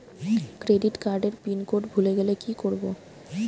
Credit কার্ডের pin code ভুলে গেলে কি করব?